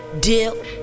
deal